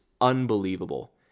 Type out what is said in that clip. unbelievable